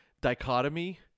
dichotomy